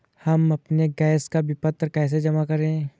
हम अपने गैस का विपत्र कैसे जमा करें?